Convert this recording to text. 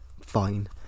fine